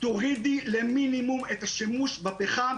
תורידי למינימום את השימוש בפחם,